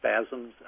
spasms